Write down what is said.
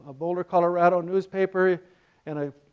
ah boulder colorado newspaper and ah